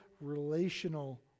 relational